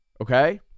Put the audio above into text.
Okay